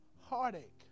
heartache